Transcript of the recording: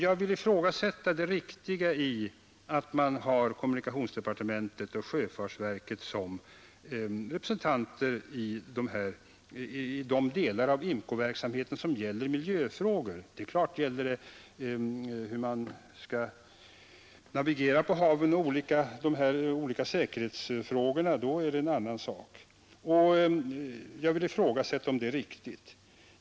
Jag vill ifrågasätta det riktiga i att man har personer från kommunikationsdepartementet och sjöfartsverket som representanter i de delar av IMCO-verksamheten som gäller miljöfrågor — i de avsnitt som gäller hur man skall navigera på haven och säkerheten till sjöss är det naturligtvis en annan sak.